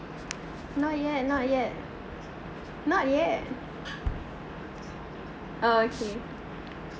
not yet not yet not yet uh okay